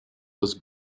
was